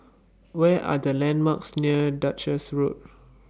What Are The landmarks near Duchess Road